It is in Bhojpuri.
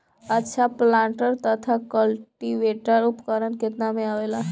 अच्छा प्लांटर तथा क्लटीवेटर उपकरण केतना में आवेला?